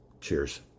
Cheers